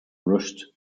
rushed